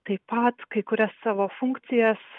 taip pat kai kurias savo funkcijas